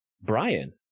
Brian